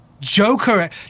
joker